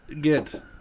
get